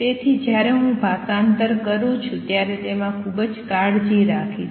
તેથી જ્યારે હું ભાષાંતર કરું છું ત્યારે તેમાં ખૂબ કાળજી રાખીશ